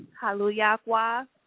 Hallelujah